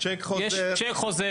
צ'ק חוזר,